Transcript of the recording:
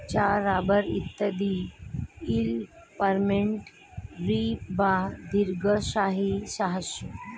চা, রাবার ইত্যাদি হল পার্মানেন্ট ক্রপ বা দীর্ঘস্থায়ী শস্য